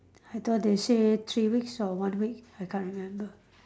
I thought they say three weeks or one week I can't remember